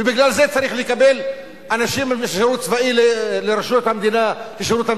ובגלל זה צריך לקבל אנשים משירות צבאי לשירות המדינה.